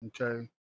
Okay